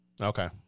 Okay